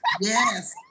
yes